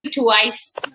twice